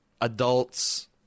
adults